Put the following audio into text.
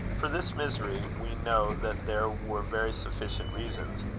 for this misery we know that there were very sufficient reasons,